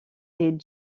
est